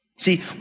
See